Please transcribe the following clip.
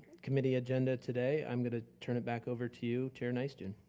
committee agenda today. i'm gonna turn it back over to you, chair nystuen.